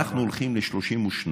אנחנו הולכים ל-32,